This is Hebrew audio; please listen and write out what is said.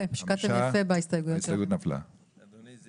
5. הצבעה לא אושר ההסתייגות נפלה.